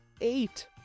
eight